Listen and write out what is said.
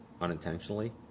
unintentionally